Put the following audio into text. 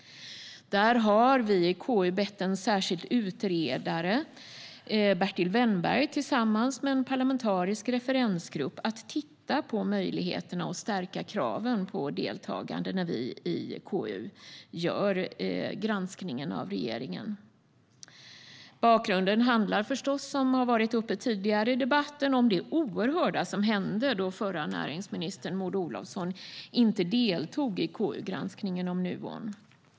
Där har vi i KU bett en särskild utredare, Bertil Wennberg, att tillsammans med en parlamentarisk referensgrupp titta på möjligheterna att stärka kravet på deltagande när vi i KU granskar regeringen. Bakgrunden är förstås, vilket har varit uppe i debatten tidigare, det oerhörda som hände när förra näringsministern Maud Olofsson inte deltog i KU-granskningen om Nuon.